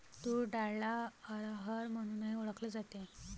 तूर डाळला अरहर म्हणूनही ओळखल जाते